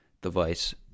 device